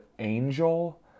Angel